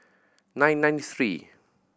nine nine three